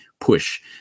push